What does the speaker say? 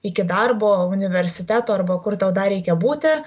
iki darbo universiteto arba kur tau dar reikia būti